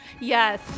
Yes